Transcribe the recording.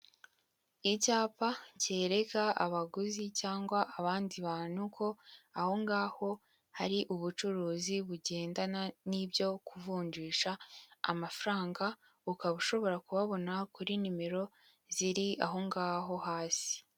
Icyapa cyereka abaguzi cyangwa abandi bantu ko aho ngaho hari ubucuruzi bugendana n'ibyo kuvunjisha amafaranga, ukaba ushobora kubabona kuri nimero ziri aho ngaho hasi.